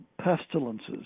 pestilences